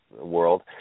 world